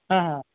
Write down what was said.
हां हां